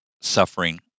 suffering